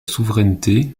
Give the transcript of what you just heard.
souveraineté